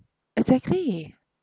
exactly